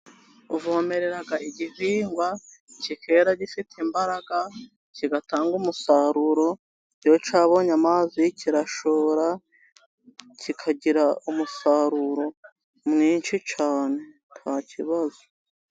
Uvomerera igihingwa kikera gifite imbaraga, kigatanga umusaruro, iyo cyabonye amazi kirashora kikagira umusaruro mwinshi cyane nta kibazo.